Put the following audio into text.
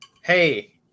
hey